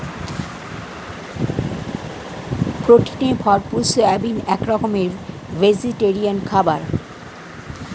প্রোটিনে ভরপুর সয়াবিন এক রকমের ভেজিটেরিয়ান খাবার